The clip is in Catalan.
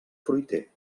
fruiter